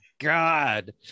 god